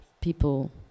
people